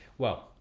well,